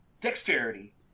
dexterity